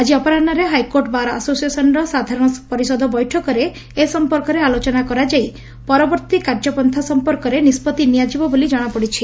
ଆଜି ଅପରାହ୍ମରେ high court bar ଆସୋସିଏସନ୍ର ସାଧାରଣ ପରିଷଦ ବୈଠକରେ ଏ ସଂପର୍କରେ ଆଲୋଚନା କରାଯାଇ ପରବର୍ତ୍ତୀ କାର୍ଯ୍ୟପନ୍ତା ସଂପର୍କରେ ନିଷ୍ବର୍ତି ନିଆଯିବ ବୋଲି ଜଣାପଡ଼ିଛି